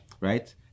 right